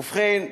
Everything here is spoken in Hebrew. ובכן,